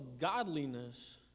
godliness